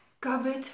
covered